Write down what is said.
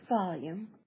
volume